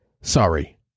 Sorry